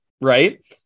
right